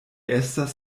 estas